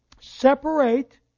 separate